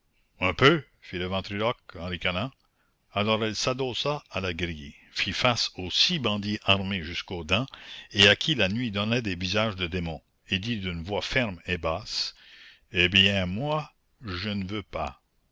un peu fit le ventriloque en ricanant alors elle s'adossa à la grille fit face aux six bandits armés jusqu'aux dents et à qui la nuit donnait des visages de démons et dit d'une voix ferme et basse eh bien moi je ne veux pas